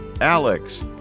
Alex